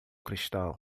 cristal